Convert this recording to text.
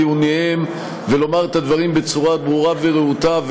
טיעוניהם ולומר את הדברים בצורה ברורה ורהוטה,